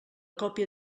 còpia